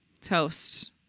toast